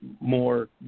more